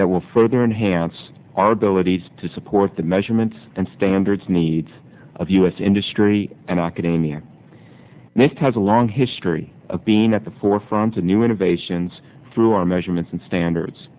that will further enhance our ability to support the measurements and standards needs of us industry and academia missed has a long history of being at the forefront of new innovations through our measurements and standards